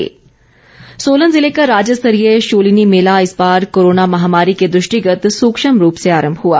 शुलिनी मेला सोलन जिले का राज्यस्तरीय शूलिनी मेला इस बार कोरोना महामारी के दृष्टिगत सूक्ष्म रूप से आरम्भ हुआ